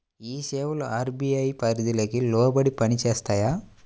ఈ సేవలు అర్.బీ.ఐ పరిధికి లోబడి పని చేస్తాయా?